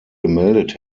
gemeldet